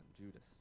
Judas